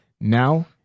Now